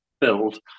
build